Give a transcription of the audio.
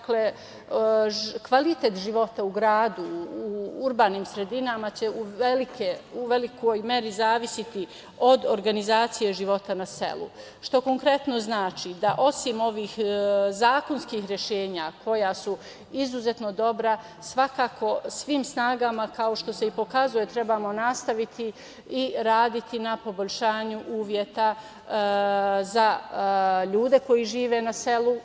Kvalitet života u gradu, u urbanim sredinama će u velikoj meri zavisiti od organizacije života na selu, što konkretno znači da osim ovih zakonskih rešenja, koja su izuzetno dobra, svakako svim snagama, kao što se i pokazuje, trebamo nastaviti i raditi na poboljšanju uslova za ljude koji žive na selu.